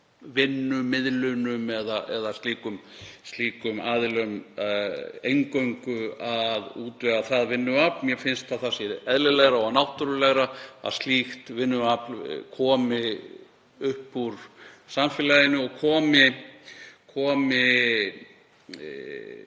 vinnumiðlunum eða slíkum aðilum eingöngu að útvega það vinnuafl. Mér finnst að það sé eðlilegra og náttúrulegra að slíkt vinnuafl komi upp úr samfélaginu og komi m.a.